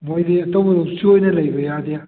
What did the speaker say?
ꯃꯣꯏꯗꯤ ꯇꯧꯕꯇꯕꯨ ꯆꯣꯏꯅ ꯂꯩꯕ ꯌꯥꯗꯦ